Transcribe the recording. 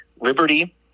Liberty